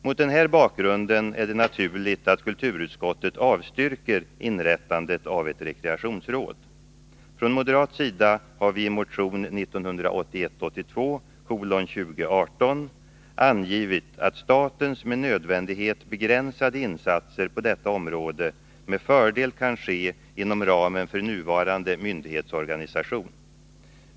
Mot den här bakgrunden är det naturligt att kulturutskottet avstyrker inrättandet av ett rekreationsråd. Från moderat sida har vi i motion 1981/82:2018 angivit att statens med nödvändighet begränsade insatser på detta område med fördel kan ske inom ramen för nuvarande myndighetsorganisation.